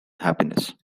happiness